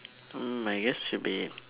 mm I guess should be